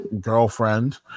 girlfriend